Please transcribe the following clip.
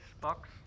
box